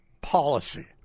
policy